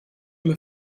mir